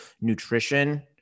nutrition